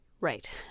Right